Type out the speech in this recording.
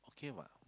okay what